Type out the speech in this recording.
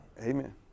amen